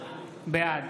בעד